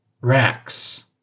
Rex